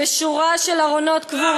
ושורה של ארונות קבורה